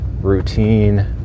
routine